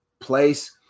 Place